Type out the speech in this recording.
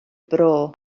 bro